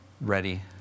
ready